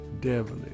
devilish